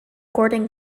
gordon